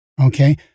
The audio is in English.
Okay